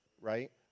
right